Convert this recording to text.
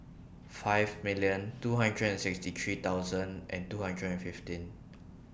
five million two hundred and sixty three thousand and two hundred and fifteen